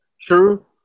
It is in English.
True